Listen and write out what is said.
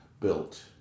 built